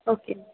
okay ma'am